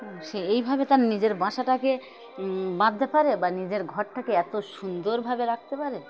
সে এইভাবে তার নিজের বাসাটাকে বাঁধতে পারে বা নিজের ঘরটাকে এত সুন্দরভাবে রাখতে পারে